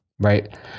Right